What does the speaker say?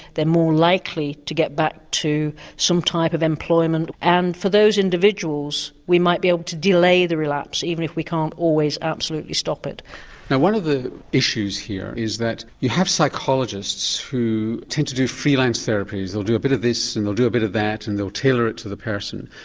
they're more likely to get back to some type of employment and for those individuals we might be able to delay the relapse even if we can't always absolutely stop it. now one of the issues here is that you have psychologists who tend to do freelance therapies, they'll do a bit of this and they'll do a bit of that and they'll tailor it to the person.